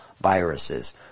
viruses